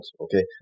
Okay